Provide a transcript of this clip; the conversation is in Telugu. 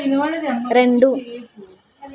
రెండు